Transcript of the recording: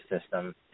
system